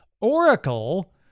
Oracle